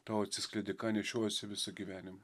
tau atsiskleidė ką nešiojiesi visą gyvenimą